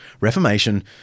Reformation